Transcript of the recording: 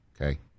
Okay